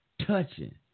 touching